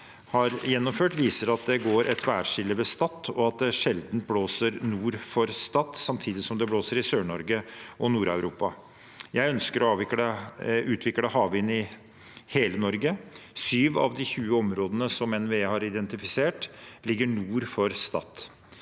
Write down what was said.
har gjennomført, viser at det går et værskille ved Stad, og at det sjelden blåser nord for Stad samtidig som det blåser i Sør-Norge og Nord-Europa. Jeg ønsker å utvikle havvind i hele Norge, og 7 av de 20 områdene som NVE har identifisert, ligger nord for Stad.